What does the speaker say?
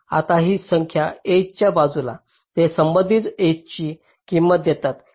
आता ही संख्या एजच्या बाजूला ते संबंधित एजची किंमत देतात